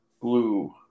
Blue